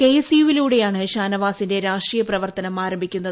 K S യുവിലൂടെയാണ് ഷാനവാസിന്റെ രാഷ്ട്രീയ പ്രവർത്തനം ആരംഭിക്കുന്നത്